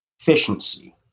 efficiency